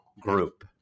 group